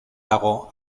dago